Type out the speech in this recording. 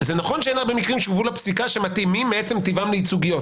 נכון שאין הרבה מקרים שהובאו לפסיקה ומתאימים מעצם טבעם לייצוגיות,